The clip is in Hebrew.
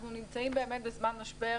אנחנו נמצאים בזמן משבר,